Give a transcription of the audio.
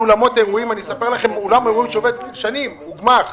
אני אספר לכם על אולם אירועים שעובד שנים ושהוא גמ"ח.